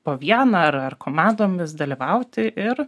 po vieną ar ar komandomis dalyvauti ir